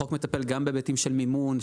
החוק מטפל גם בהיבטים של מימון,